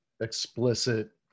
explicit